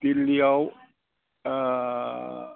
दिल्लियाव